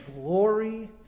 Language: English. glory